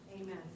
Amen